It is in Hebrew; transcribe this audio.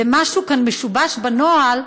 ומשהו כאן משובש בנוהל,